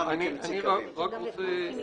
אני רוצה